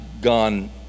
gone